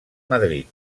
madrid